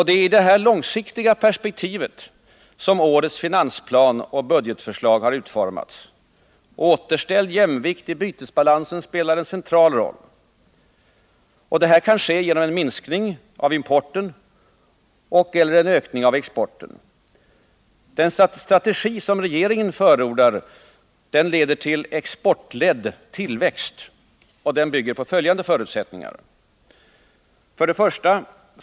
Det är i det här långsiktiga perspektivet som årets finansplan och budgetförslag har utformats. Återställd jämvikt i bytesbalansen spelar en central roll. Och detta kan ske genom en minskning av importen och/eller en ökning av exporten. Den strategi som regeringen förordar leder till exportledd tillväxt, och den bygger på följande förutsättningar: 1.